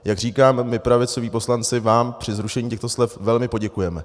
Jak říkám, my pravicoví poslanci vám při zrušení těchto slev velmi poděkujeme.